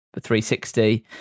360